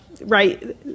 right